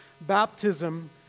Baptism